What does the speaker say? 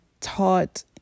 taught